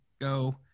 go